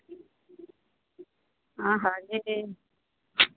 আহা রে